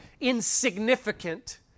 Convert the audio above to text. insignificant